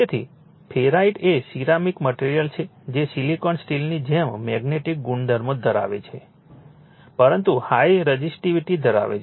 તેથી ફેરાઇટ એ ceramic material છે જે સિલિકોન સ્ટીલની જેમ મેગ્નેટિક ગુણધર્મો ધરાવે છે પરંતુ હાઇ રઝિસ્ટીવિટી ધરાવે છે